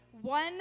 One